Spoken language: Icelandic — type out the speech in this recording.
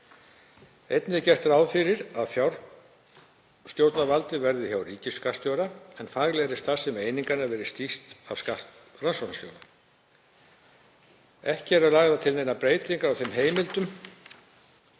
Einnig er gert ráð fyrir að fjárstjórnarvaldið verði hjá ríkisskattstjóra en faglegri starfsemi einingarinnar verði stýrt af skattrannsóknarstjóra. Ekki eru lagðar til neinar breytingar á þeim heimildum